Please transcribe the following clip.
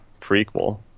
prequel